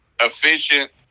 efficient